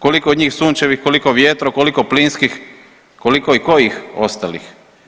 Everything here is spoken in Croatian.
Koliko od njih sunčevih, koliko vjetro, koliko plinskim, koliko i kojih ostalih?